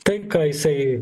taip ką jisai